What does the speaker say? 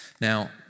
Now